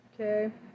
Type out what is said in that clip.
Okay